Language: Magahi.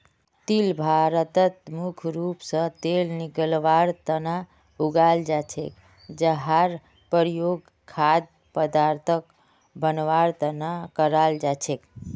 तिल भारतत मुख्य रूप स तेल निकलवार तना उगाल जा छेक जहार प्रयोग खाद्य पदार्थक बनवार तना कराल जा छेक